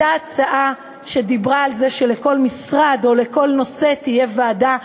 הייתה הצעה שדיברה על כך שלכל משרד או לכל נושא תהיה ועדה,